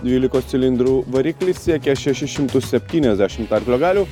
dvylikos cilindrų variklis siekia šešis šimtus septyniasdešimt arklio galių